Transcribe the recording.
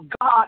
God